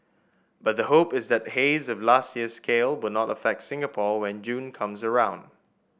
but the hope is that haze of last year's scale will not affect Singapore when June comes around